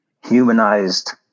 humanized